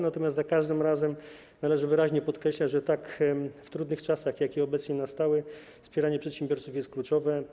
Natomiast za każdym razem należy wyraźnie podkreślać, że w tak trudnych czasach, jakie obecnie nastały, wspieranie przedsiębiorców jest kluczowe.